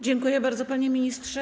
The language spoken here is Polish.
Dziękuję bardzo, panie ministrze.